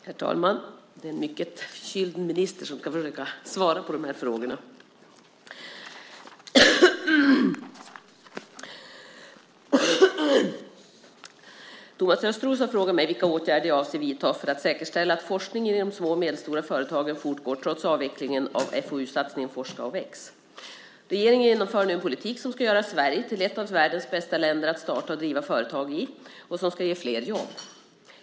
Herr talman! Det är en mycket förkyld minister som ska försöka svara på de här frågorna. Thomas Östros har frågat mig vilka åtgärder jag avser vidta för att säkerställa att forskningen i de små och medelstora företagen fortgår trots avvecklingen av FoU-satsningen Forska och väx. Regeringen genomför nu en politik som ska göra Sverige till ett av världens bästa länder att starta och driva företag i och som ska ge flera jobb.